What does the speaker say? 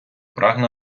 прагне